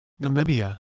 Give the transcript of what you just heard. Namibia